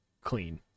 clean